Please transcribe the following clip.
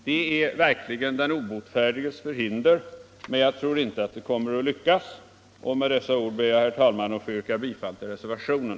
Det är verkligen den obotfärdiges förhinder, men jag tror inte att det kommer att lyckas. Med dessa ord ber jag, herr talman, att få yrka bifall till reservationen.